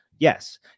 Yes